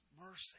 mercy